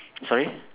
sorry